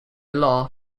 law